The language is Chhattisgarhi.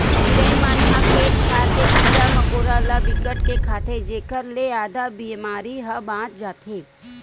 चिरई मन ह खेत खार के कीरा मकोरा ल बिकट के खाथे जेखर ले आधा बेमारी ह बाच जाथे